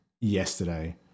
yesterday